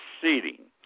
seating